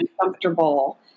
uncomfortable